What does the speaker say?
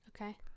okay